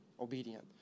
obedient